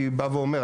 אני בא ואומר,